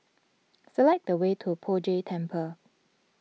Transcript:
select the way to Poh Jay Temple